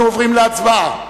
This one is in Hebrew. אנחנו עוברים להצבעה על